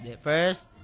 first